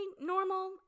normal